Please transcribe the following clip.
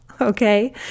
okay